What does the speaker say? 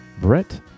brett